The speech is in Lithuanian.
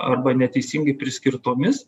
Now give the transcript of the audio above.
arba neteisingai priskirtomis